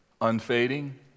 unfading